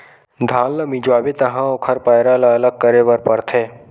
धान ल मिंजवाबे तहाँ ओखर पैरा ल अलग करे बर परथे